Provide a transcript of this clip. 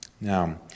Now